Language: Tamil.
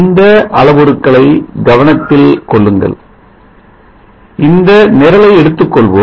இந்த இந்த அளவுருக்களை கவனத்தில் கொள்ளுங்கள் இந்த நிரலை எடுத்துக்கொள்வோம்